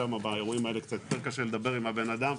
שם באירועים האלה קצת יותר קשה לדבר עם הבן אדם,